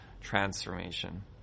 transformation